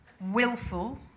Willful